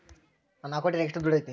ನನ್ನ ಅಕೌಂಟಿನಾಗ ಎಷ್ಟು ದುಡ್ಡು ಐತಿ?